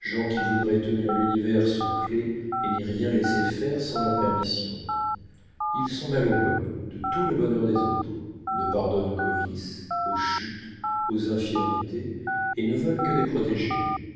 gens qui voudraient tenir l'univers sous clef et n'y rien laisser faire sans leur permission ils sont malheureux de tout le bonheur des autres ne pardonnent qu'aux vices aux chutes aux infirmités et ne veulent que des protégés